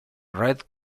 red